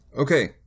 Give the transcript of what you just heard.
Okay